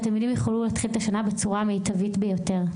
שהתלמידים יוכלו להתחיל את השנה בצורה המיטבית ביותר.